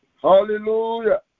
Hallelujah